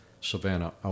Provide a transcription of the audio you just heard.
Savannah